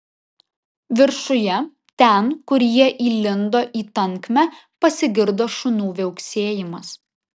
viršuje ten kur jie įlindo į tankmę pasigirdo šunų viauksėjimas